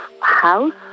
house